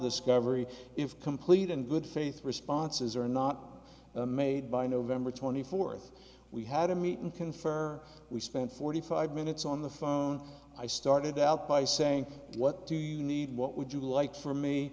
every if complete and good faith responses are not made by nov twenty fourth we had a meet and confer we spent forty five minutes on the phone i started out by saying what do you need what would you like for me